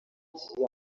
hakiri